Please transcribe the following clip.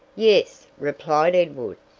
yes, replied edward,